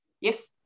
Yes